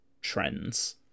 trends